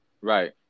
right